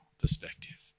perspective